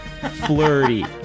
flirty